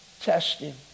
testing